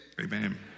Amen